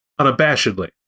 unabashedly